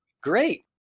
Great